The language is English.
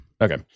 Okay